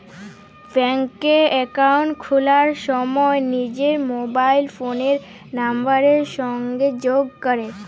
ব্যাংকে একাউল্ট খুলার সময় লিজের মবাইল ফোলের লাম্বারের সংগে যগ ক্যরা